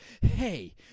hey